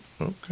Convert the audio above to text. Okay